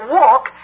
walk